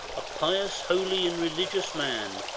a pious, holy, and religious man,